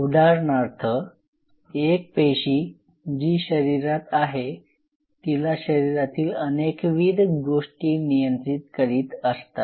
उदाहरणार्थ एक पेशी जी शरीरात आहे तिला शरीरातील अनेकविध गोष्टी नियंत्रित करीत असतात